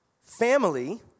family